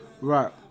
Right